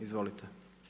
Izvolite.